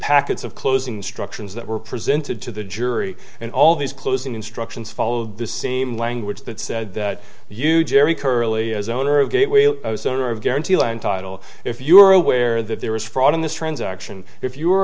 packets of closing instructions that were presented to the jury and all these closing instructions follow the same language that said that you jerry curley as owner of guarantee land title if you are aware that there is fraud in this transaction if you are